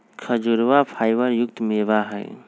खजूरवा फाइबर युक्त मेवा हई